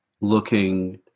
looking